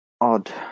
Odd